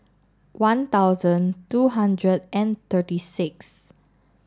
one thousand two hundred and thirty six